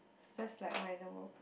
just like